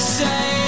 say